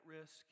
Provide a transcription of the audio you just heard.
risk